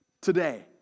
today